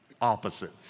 opposite